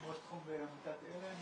אני ראש תחום בעמותת על"ם.